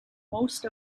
most